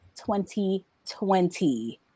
2020